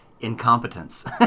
incompetence